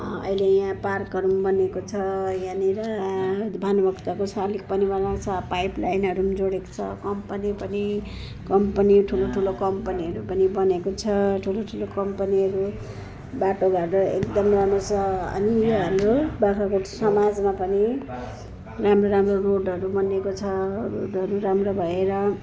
अहिले यहाँ पार्कहरू पनि बनेको छ यहाँनिर भानुभक्तको सालिक पनि बनाको छ पाइप लाइनहरू नि जोडेको छ कम्पनी पनि कम्पनी पनि ठुलो ठुलो कम्पनीहरू पनि बनेको छ ठुलो ठुलो कम्पनीहरू बाटोघाटो एकदम राम्रो छ अनि यो हाम्रो बाख्रागोट समाजमा पनि राम्रो राम्रो रोडहरू बनिएको छ रोडहरू राम्रो भएर